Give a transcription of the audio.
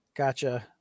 Gotcha